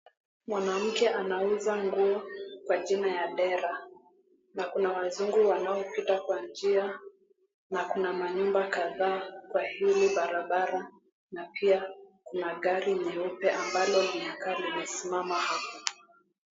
Mwanamke anauza nguo kwa jina ya dera na kuna wazungu wanao pita kwa njia na kuna manyumba kadhaa kwa hili barabara na pia kuna gari nyeupe ambalo linakaa limesimama hapo.